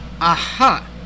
Aha